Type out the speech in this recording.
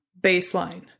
baseline